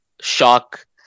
shock